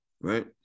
right